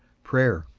prayer.